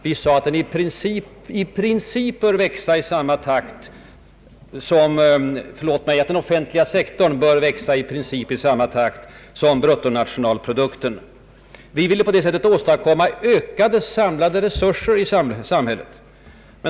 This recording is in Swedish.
Vi har sagt att den i princip bör växa i samma takt som bruttonationalprodukten. Vi vill åstadkomma ökade samlade resurser i samhället.